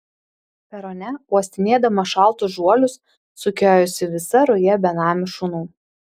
perone uostinėdama šaltus žuolius sukiojosi visa ruja benamių šunų